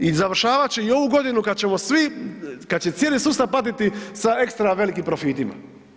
I završavat će i ovu godinu kad ćemo svi, kad će cijeli sustav patiti sa ekstra velikim profitima.